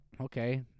Okay